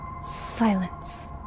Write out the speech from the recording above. silence